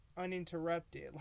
uninterrupted